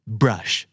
brush